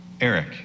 Eric